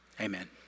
Amen